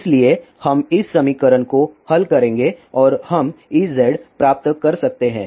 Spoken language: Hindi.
इसलिए हम इस समीकरण को हल करेंगे और हम Ez प्राप्त कर सकते हैं